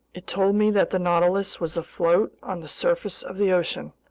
it told me that the nautilus was afloat on the surface of the ocean.